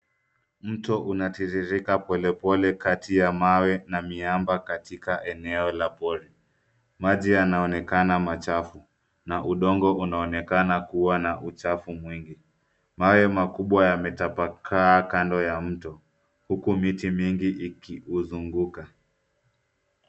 Mto unatiririka polepole kati ya mawe na miamba katika eneo la pori, maji yanaonekana machafu na udongo unaonekana kua na uchafu mwingi, mawe makubwa yametapakaa, kando ya mto huku miti mingi ikiuzunguka.